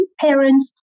parents